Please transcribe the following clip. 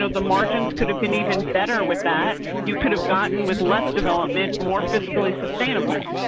so the margins could have been even better with that. you could have gotten with less development, more fiscally sustainable.